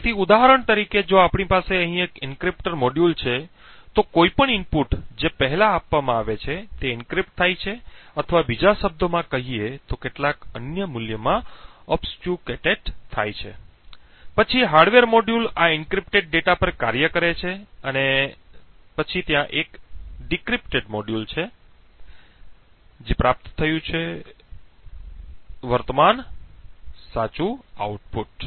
તેથી ઉદાહરણ તરીકે જો આપણી પાસે અહીં એક એન્ક્રિપ્ટર મોડ્યુલ છે તો કોઈપણ ઇનપુટ જે પહેલા આપવામાં આવે છે તે એન્ક્રિપ્ટ થાય છે અથવા બીજા શબ્દોમાં કહીએ તો કેટલાક અન્ય મૂલ્યમાં અવ્યવસ્થિત થાય છે પછી હાર્ડવેર મોડ્યુલ આ એન્ક્રિપ્ટેડ ડેટા પર કાર્ય કરે છે અને પછી ત્યાં એક ડિક્રિપ્ટેડ મોડ્યુલ છે અને પ્રાપ્ત થયું છે વર્તમાન સાચું આઉટપુટ